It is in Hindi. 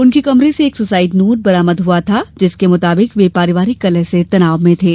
उनके कमरे से एक सुसाइड नोट बरामद हुआ था जिसके मुताबिक वे पारिवारिक कलह से तनाव में थे